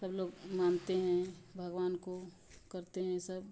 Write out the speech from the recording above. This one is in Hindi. सब लोग मानते हैं भगवान को करते हैं सब